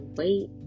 wait